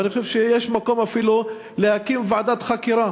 ואני חושב שיש מקום אפילו להקים ועדת חקירה